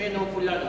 בשמנו כולנו.